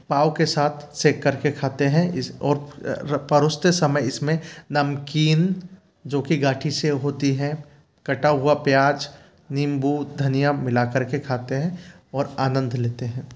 पाव के साथ सेंक करके खाते हैं और परोसते समय इसमें नमकीन जो की घाटी से होती है कटा हुआ प्याज नींबू धनिया मिला कर के खाते हैं और आनंद लेते हैं